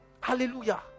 Hallelujah